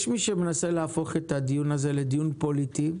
יש מי שמנסה להפוך את הדיון הזה לדיון פוליטי.